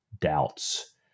doubts